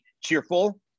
cheerful